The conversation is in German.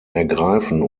ergreifen